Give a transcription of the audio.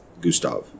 Gustav